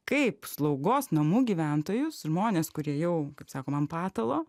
kaip slaugos namų gyventojus žmones kurie jau kaip sakoma ant patalo